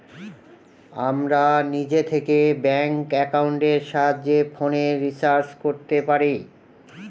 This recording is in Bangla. আমরা নিজে থেকে ব্যাঙ্ক একাউন্টের সাহায্যে ফোনের রিচার্জ করতে পারি